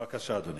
בבקשה, אדוני.